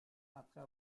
après